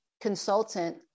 consultant